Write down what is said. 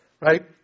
right